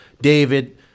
David